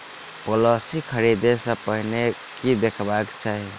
Policy खरीदै सँ पहिने की देखबाक चाहि?